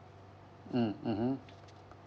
mm mmhmm